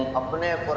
of the lamp